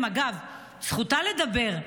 אגב, זכותה לדבר.